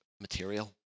material